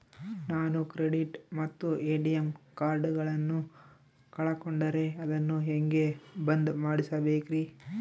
ನಾನು ಕ್ರೆಡಿಟ್ ಮತ್ತ ಎ.ಟಿ.ಎಂ ಕಾರ್ಡಗಳನ್ನು ಕಳಕೊಂಡರೆ ಅದನ್ನು ಹೆಂಗೆ ಬಂದ್ ಮಾಡಿಸಬೇಕ್ರಿ?